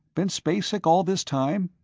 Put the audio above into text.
been space-sick all this time?